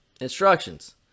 instructions